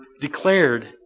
declared